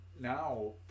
now